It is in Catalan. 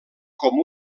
com